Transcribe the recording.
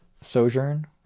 sojourn